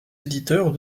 éditeurs